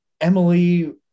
Emily